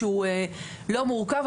לא מורכב,